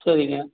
சரிங்க